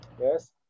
yes